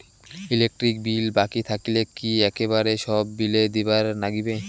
Electric bill বাকি থাকিলে কি একেবারে সব বিলে দিবার নাগিবে?